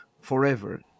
forever